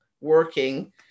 working